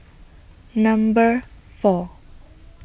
Number four